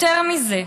יותר מזה,